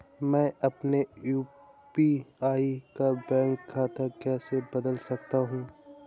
मैं अपने यू.पी.आई का बैंक खाता कैसे बदल सकता हूँ?